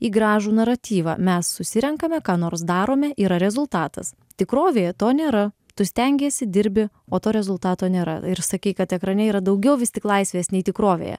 į gražų naratyvą mes susirenkame ką nors darome yra rezultatas tikrovėje to nėra tu stengiesi dirbi o to rezultato nėra ir sakei kad ekrane yra daugiau vis tik laisvės nei tikrovėje